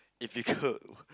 if you could